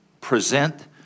present